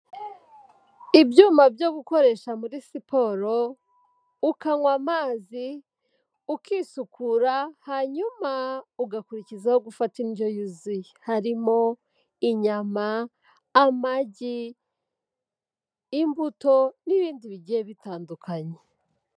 Ibyuma byo gukoresha muri siporo, ukanywa amazi, ukisukura, hanyuma ugakurikizaho gufata indyo yuzuye, harimo inyama, amagi, imbuto n'ibindi bigiye bitandukanye.